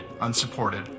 unsupported